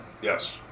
Yes